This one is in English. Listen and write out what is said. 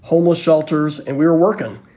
homeless shelters, and we were working.